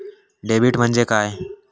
Debit म्हणजे काय?